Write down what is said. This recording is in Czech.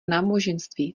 náboženství